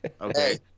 okay